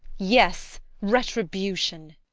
yes, retribution!